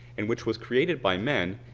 and which was created by men,